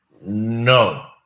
No